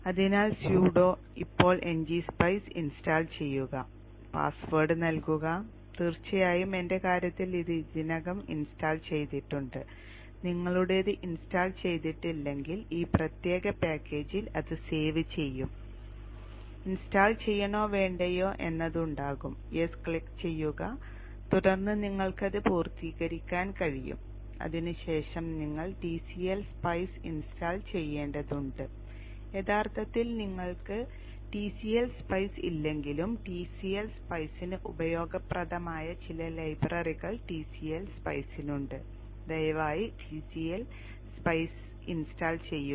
അതിനാൽ sudo ഇപ്പോൾ ngSpice install ചെയ്യുക പാസ്വേഡ് നൽകുക തീർച്ചയായും എന്റെ കാര്യത്തിൽ ഇത് ഇതിനകം ഇൻസ്റ്റാൾ ചെയ്തിട്ടുണ്ട് നിങ്ങളുടേത് ഇൻസ്റ്റാൾ ചെയ്തിട്ടില്ലെങ്കിൽ ഈ പ്രത്യേക പാക്കേജിൽ അത് സേവ് ചെയ്യും ഇൻസ്റ്റാൾ ചെയ്യണോ വേണ്ടയോ എന്നതുണ്ടാകും യെസ് ക്ലിക്ക് ചെയ്യുക തുടർന്ന് നിങ്ങൾക്കിത് പൂർത്തിയാക്കാൻ കഴിയും അതിനുശേഷം നിങ്ങൾ tcl spice ഇൻസ്റ്റാൾ ചെയ്യേണ്ടതുണ്ട് യഥാർത്ഥത്തിൽ നിങ്ങൾക്ക് tcl spice ഇല്ലെങ്കിലും tcl spice ന് ഉപയോഗപ്രദമായ ചില ലൈബ്രറികൾ tcl spice നുണ്ട് ദയവായി tcl spice ഇൻസ്റ്റാൾ ചെയ്യുക